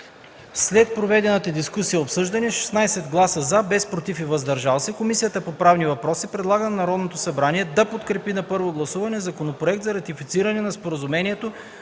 След проведената дискусия и обсъждане с 16 гласа „за”, без „против” и „въздържал се” Комисията по правни въпроси предлага на Народното събрание да подкрепи на първо гласуване Законопроект за ратифициране на Споразумението